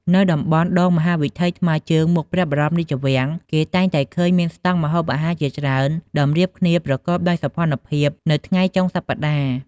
នៅតំបន់ដងមហាវិថីថ្មើរជើងមុខព្រះបរមរាជវាំង គេតែងតែឃើញមានស្តង់ម្ហូបអាហារជាច្រើនតម្រៀបគ្នាប្រកបដោយសោភ័ណភាពនៅថ្ងៃចុងសប្ដាហ៍។